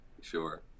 sure